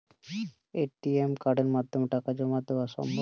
ATM কার্ডের মাধ্যমে টাকা জমা দেওয়া সম্ভব?